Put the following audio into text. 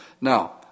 Now